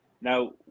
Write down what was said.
Now